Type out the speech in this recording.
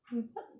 we bought